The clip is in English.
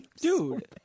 dude